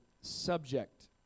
subject